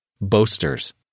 boasters